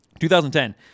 2010